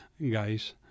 guys